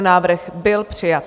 Návrh byl přijat.